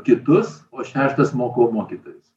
kitus o šeštas mokau mokytojus